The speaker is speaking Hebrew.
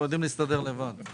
אנחנו יודעים להסתדר לבד.